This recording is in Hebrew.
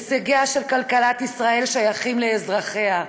הישגיה של כלכלת ישראל שייכים לאזרחיה.